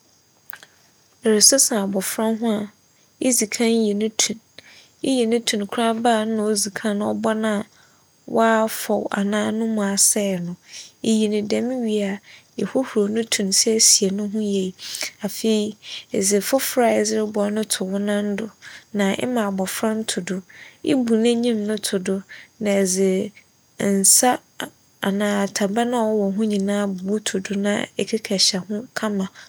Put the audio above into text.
Eresesa abofra ho a idzi kan yi no tun. Iyi no tun konamba a nna odzi kan ͻbͻ no a afow anaa no mu asɛɛ no. iyi no dɛm wie a ehohor no tun siesie no ho yie. Afei, edze fofor a edze robͻ no no to wo nan do na ema abofra no to do. Ibu n'enyim no to do na edze nsa anaa ataban a ͻwowͻ ho nyinaa bubu to do na ekeka hyɛ ho kama.